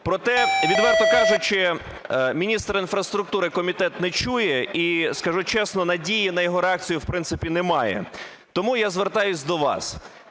Проте, відверто кажучи, міністр інфраструктури комітет не чує, і, скажу чесно, надії на його реакцію, в принципі, немає. Тому я звертаюсь до вас.